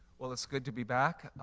well, it's good to be back,